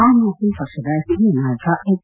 am Aadmi ಪಕ್ಷದ ಹಿರಿಯ ನಾಯಕ ಹೆಚ್